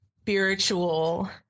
spiritual